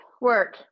Work